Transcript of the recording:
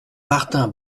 martin